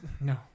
No